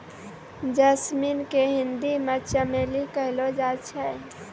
jasmine के हिंदी मे चमेली कहलो जाय छै